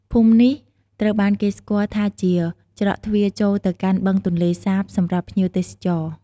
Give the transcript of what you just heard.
ភូមិនេះត្រូវបានគេស្គាល់ថាជាច្រកទ្វារចូលទៅកាន់បឹងទន្លេសាបសម្រាប់ភ្ញៀវទេសចរ។